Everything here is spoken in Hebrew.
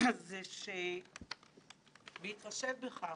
ואינו קובע חובת הצבעה על הדוח,